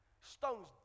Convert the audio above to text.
stones